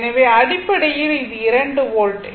எனவே அடிப்படையில் இது 2 வோல்ட்